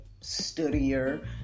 studier